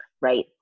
right